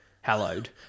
Hallowed